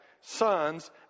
sons